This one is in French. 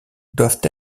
doivent